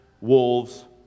wolves